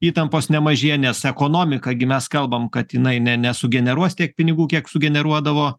įtampos nemažėja nes ekonomika gi mes kalbam kad jinai ne nesugeneruos tiek pinigų kiek sugeneruodavo